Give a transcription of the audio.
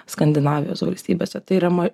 skandinavijos valstybėse tai yra ma